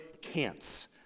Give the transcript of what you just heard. can'ts